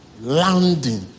landing